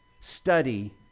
study